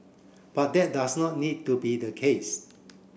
but that does not need to be the case